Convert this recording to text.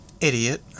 Idiot